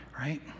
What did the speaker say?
Right